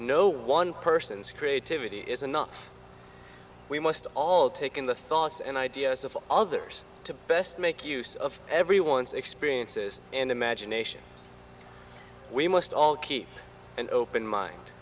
no one person's creativity is a not we must all take in the thoughts and ideas of others to best make use of everyone's experiences and imagination we must all keep an open mind